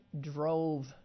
drove